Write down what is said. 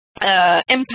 impact